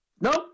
Nope